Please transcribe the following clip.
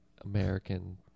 American